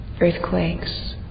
earthquakes